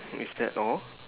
i~ is that all